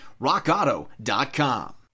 rockauto.com